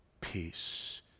peace